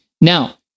now